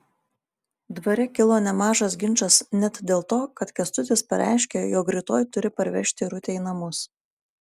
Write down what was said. dvare kilo nemažas ginčas net dėl to kad kęstutis pareiškė jog rytoj turi parvežti irutę į namus